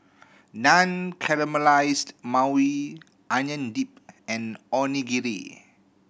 Naan Caramelized Maui Onion Dip and Onigiri